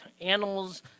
animals